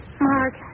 Mark